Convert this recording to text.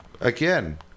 again